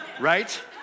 right